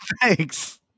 thanks